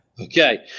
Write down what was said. Okay